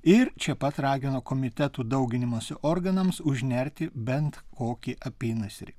ir čia pat ragino komitetų dauginimosi organams užnerti bent kokį apynasrį